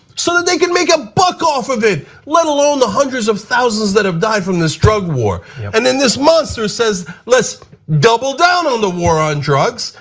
so they could make a buck off of it, let alone the hundreds of thousands that have died from this drug war and then this monster says let's double down on the war on drugs,